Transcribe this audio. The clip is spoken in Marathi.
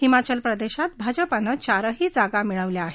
हिमाचल प्रदेशात भाजपाने चारही जागा घेतल्या आहेत